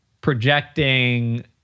projecting